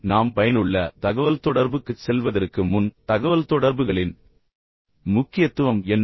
இப்போது நாம் பயனுள்ள தகவல்தொடர்புக்குச் செல்வதற்கு முன் தகவல்தொடர்புகளின் முக்கியத்துவம் என்ன